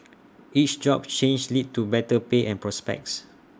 each job change led to better pay and prospects